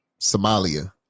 Somalia